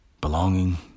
belonging